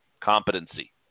competency